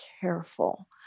careful